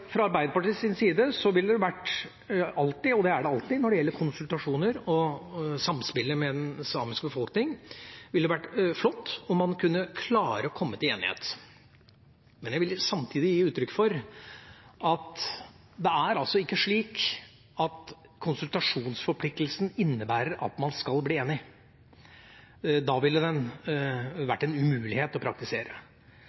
fra Arbeiderpartiets side ville det alltid når det gjelder konsultasjoner og samspillet med den samiske befolkning, vært flott om man kunne klare å komme til enighet, men jeg vil samtidig gi uttrykk for at det er altså ikke slik at konsultasjonsforpliktelsen innebærer at man skal bli enig – da ville den